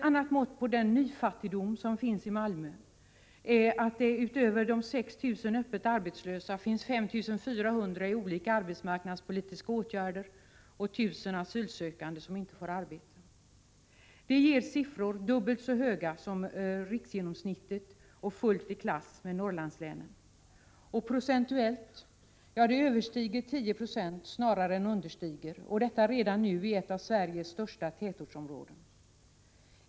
Ett mått på den nyfattigdom som finns i Malmö är att det utöver de 6 000 öppet arbetslösa finns 5 400 personer i olika arbetsmarknadspolitiska åtgärder och 1 000 asylsökande som inte får arbete. Det är siffror som är dubbelt så höga som riksgenomsnittet och fullt i klass med Norrlandslänen. Procentuellt snarare Överstiger än understiger siffran 10 20 — detta redan nu i ett av Sveriges största tätortsområden.